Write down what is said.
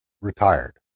retired